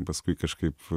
paskui kažkaip